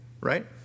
right